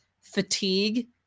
fatigue